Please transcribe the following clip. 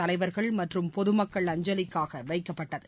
தலைவர்கள் மற்றும் பொதுமக்கள் அஞ்சலிக்காக வைக்கப்பட்டது